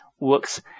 works